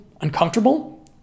uncomfortable